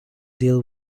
deal